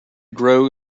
grow